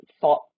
thought